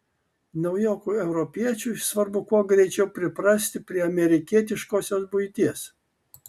naujokui europiečiui svarbu kuo greičiau priprasti prie amerikietiškosios buities